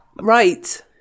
right